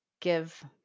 give